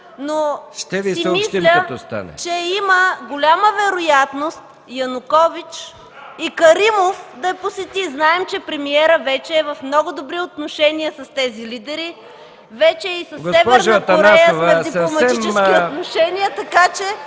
...но си мисля, че има голяма вероятност Янукович и Каримов да я посетят. Знаем, че премиерът вече е в много добри отношения с тези лидери. Вече и със Северна Корея е в дипломатически отношения, така че